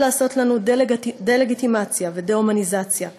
לעשות לנו דה-לגיטימציה ודה-הומניזציה,